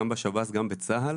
גם בשירות בתי הסוהר וגם בצה"ל